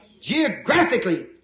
Geographically